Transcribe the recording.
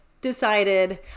decided